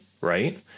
right